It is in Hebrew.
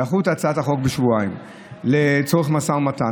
דחו את הצעת החוק בשבועיים לצורך משא ומתן.